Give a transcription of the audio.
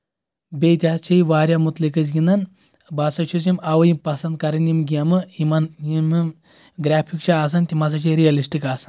بیٚیہِ تہِ حظ چھِ یہِ واریاہ مُتعلق أسۍ گنٛدان بہٕ ہسا چھُس یِم اَوے یِم پسنٛد کران یِم گیمہٕ یِمن یِم گریفِک چھِ آسان تِم ہسا چھِ ریلسٹِک آسان